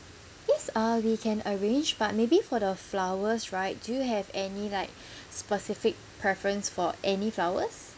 yes uh we can arrange but maybe for the flowers right do you have any like specific preference for any flowers